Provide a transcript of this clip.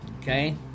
Okay